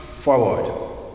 forward